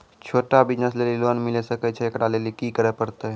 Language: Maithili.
छोटा बिज़नस लेली लोन मिले सकय छै? एकरा लेली की करै परतै